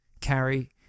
carry